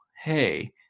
hey